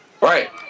Right